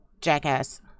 jackass